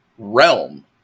realm